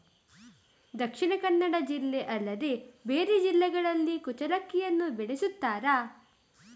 ದಕ್ಷಿಣ ಕನ್ನಡ ಜಿಲ್ಲೆ ಅಲ್ಲದೆ ಬೇರೆ ಜಿಲ್ಲೆಗಳಲ್ಲಿ ಕುಚ್ಚಲಕ್ಕಿಯನ್ನು ಬೆಳೆಸುತ್ತಾರಾ?